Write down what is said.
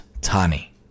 Tani